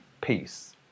peace